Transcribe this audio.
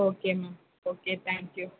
okay ma'am okay thank you